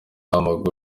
w’amaguru